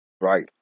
Right